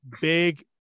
big